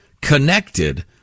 connected